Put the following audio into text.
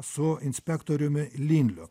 su inspektoriumi linliu